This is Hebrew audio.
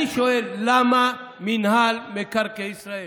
אני שואל למה מינהל מקרקעי ישראל,